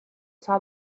saw